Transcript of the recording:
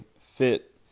fit